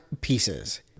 pieces